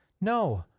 no